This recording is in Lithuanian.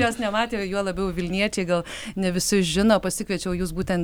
jos nematėme juo labiau vilniečiai gal ne visi žino pasikviečiau jus būtent